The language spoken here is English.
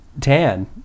tan